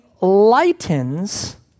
lightens